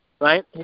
right